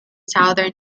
southern